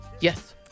Yes